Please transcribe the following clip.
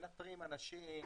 מנתרים אנשים,